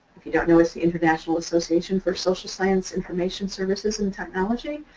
if you don't know, it's the international association for social science information services and technology,